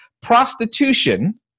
prostitution